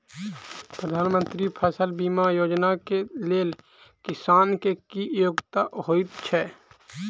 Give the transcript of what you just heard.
प्रधानमंत्री फसल बीमा योजना केँ लेल किसान केँ की योग्यता होइत छै?